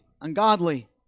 ungodly